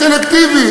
סלקטיבי,